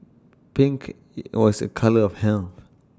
pink was A colour of health